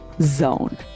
Zone